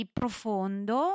profondo